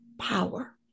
power